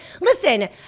listen